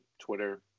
Twitter